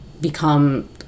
become